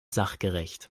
sachgerecht